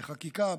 בחקיקה,